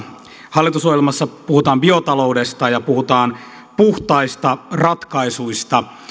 hallitusohjelmassa puhutaan biotaloudesta ja puhutaan puhtaista ratkaisuista